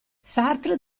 sartre